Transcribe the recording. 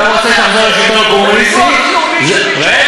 על כל פנים, אדוני,